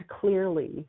clearly